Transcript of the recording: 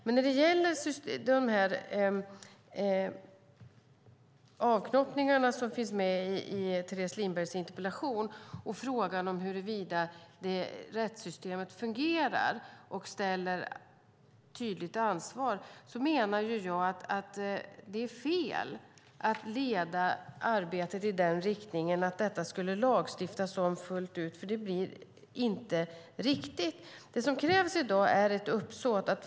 Men när det gäller de avknoppningar som finns med i Teres Lindbergs interpellation och frågan huruvida rättssystemet fungerar och tydligt ställer till svars menar jag att det är fel att leda arbetet i den riktningen att det skulle lagstiftas fullt ut om detta, för det blir inte riktigt. Det som krävs i dag är ett uppsåt.